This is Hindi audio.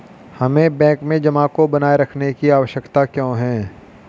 हमें बैंक में जमा को बनाए रखने की आवश्यकता क्यों है?